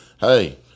hey